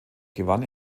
gewann